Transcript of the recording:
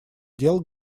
дел